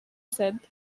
said